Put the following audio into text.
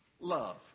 Love